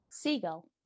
seagull